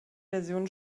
version